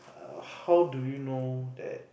err how do you know that